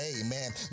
amen